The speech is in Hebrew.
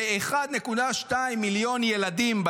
ובהם 1.2 מיליון ילדים,